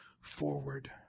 forward